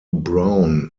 brown